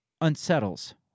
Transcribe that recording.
unsettles